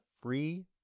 free